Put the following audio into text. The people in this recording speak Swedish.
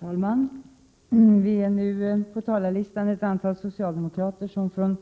Herr talman! Vi är nu på talarlistan ett antal socialdemokrater som från